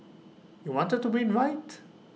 you wanted to win right